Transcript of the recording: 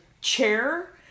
chair